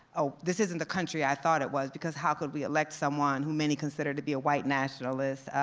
oh, this isn't the country i thought it was because how could we elect someone who many consider to be a white nationalist,